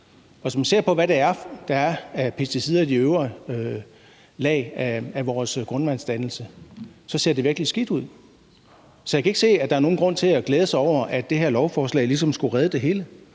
Hvis man ser på, hvad der er af pesticider i de øvre lag af vores grundvanddannelse, så ser det virkelig skidt ud. Så jeg kan ikke se, at der er nogen grund til at glæde sig over, at det her lovforslag ligesom skulle redde det hele.